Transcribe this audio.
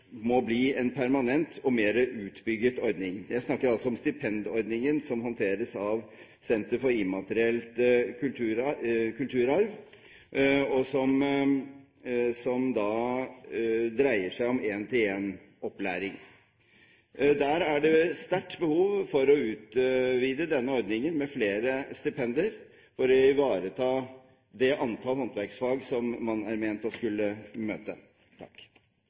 må bli en permanent og mer utbygget ordning. Jeg snakker om stipendordningen som håndteres av Senter for immateriell kulturarv, og som dreier seg om én-til-én-opplæring. Der er det sterkt behov for å utvide denne ordningen med flere stipendier for å ivareta det antall håndverksfag som man er ment å skulle møte.